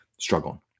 struggling